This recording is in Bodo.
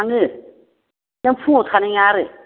आङो नों फुङाव थानाय नङा आरो